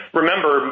remember